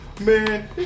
Man